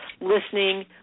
listening